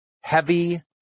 heavy